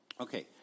Okay